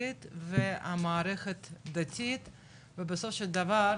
אזרחית והמערכת דתית ובסופו של דבר,